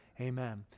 Amen